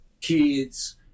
kids